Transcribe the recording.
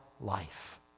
life